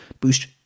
boost